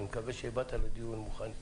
אני שמקווה שבאת מוכן לדיון.